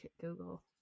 Google